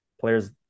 players